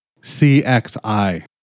CXI